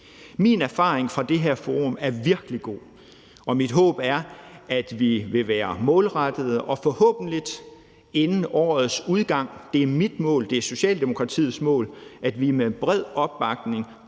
Min erfaring fra det her forum er virkelig god. Og mit håb er, at vi vil være målrettede, og forhåbentlig vil vi inden årets udgang – det er mit mål, det er Socialdemokratiets mål – med en bred opbakning